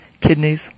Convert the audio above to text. kidneys